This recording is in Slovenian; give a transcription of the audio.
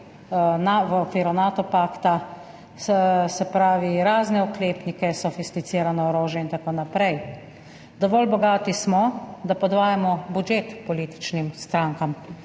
v okviru Nato pakta, se pravi, razne oklepnike, sofisticirano orožje in tako naprej. Dovolj bogati smo, da podvajamo budžet političnim strankam,